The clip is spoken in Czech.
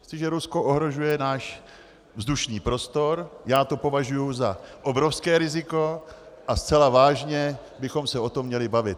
Jestliže Rusko ohrožuje náš vzdušný prostor, já to považuju za obrovské riziko a zcela vážně bychom se o tom měli bavit.